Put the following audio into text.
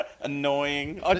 Annoying